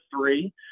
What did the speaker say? three